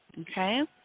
Okay